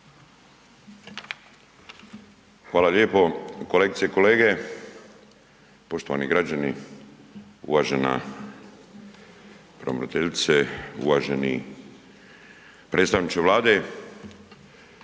Hvala lijepo. Kolegice i kolege, poštovani građani, uvažena pravobraniteljice, uvaženi predstavniče Vlade.